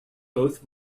both